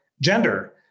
gender